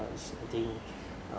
thing